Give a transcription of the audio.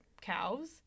cows